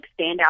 standout